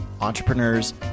entrepreneurs